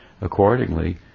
accordingly